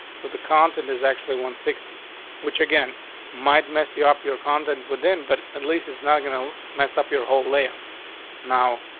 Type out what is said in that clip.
so the content is actually one sixty which again might mess you up your content within. but at least it's not gunnel mess up your whole layout now.